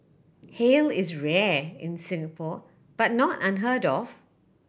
hail is rare in Singapore but not unheard of